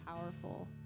powerful